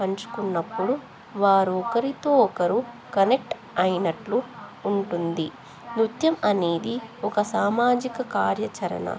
పంచుకున్నప్పుడు వారు ఒకరితో ఒకరు కనెక్ట్ అయినట్లు ఉంటుంది నృత్యం అనేది ఒక సామాజిక కార్యాచరణ